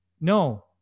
No